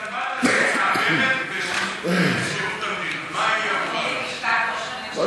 מאפרת בשירות המדינה, קודם כול, יש הרבה,